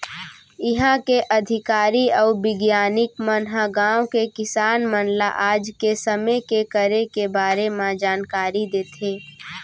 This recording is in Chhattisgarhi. इहॉं के अधिकारी अउ बिग्यानिक मन ह गॉंव के किसान मन ल आज के समे के करे के बारे म जानकारी देथे